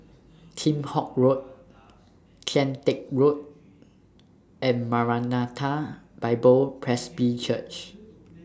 Kheam Hock Road Kian Teck Road and Maranatha Bible Presby Church